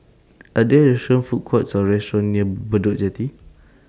Are There Food Courts Or restaurants near Bedok Jetty